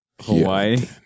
hawaii